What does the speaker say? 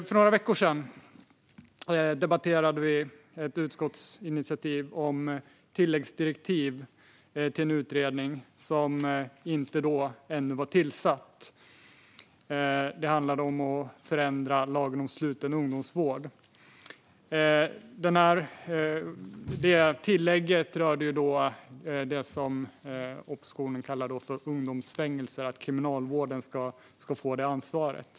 För några veckor sedan debatterade vi ett förslag till utskottsinitiativ om tilläggsdirektiv till en utredning som ännu inte var tillsatt. Det handlar om att förändra lagen om sluten ungdomsvård. Tillägget rörde det som oppositionen kallar ungdomsfängelser och att Kriminalvården ska få ansvaret.